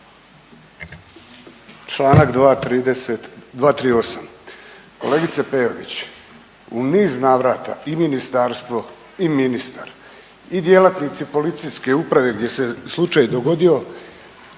230., 238.. Kolegice Peović, u niz navrata i ministarstvo i ministar i djelatnici policijske uprave gdje se slučaj dogodio